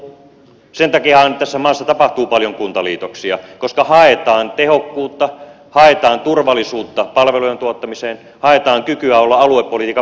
sen takiahan tässä maassa tapahtuu paljon kuntaliitoksia koska haetaan tehokkuutta haetaan turvallisuutta palvelujen tuottamiseen haetaan kykyä olla aluepolitiikan moottoreita